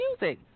music